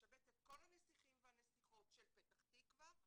לשבץ את כל הנסיכים והנסיכות של פתח תקווה,